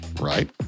right